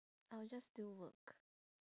I'll just do work